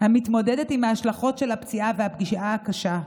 המתמודדת עם ההשלכות של הפציעה והפגיעה הקשה.